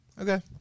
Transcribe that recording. okay